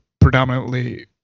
predominantly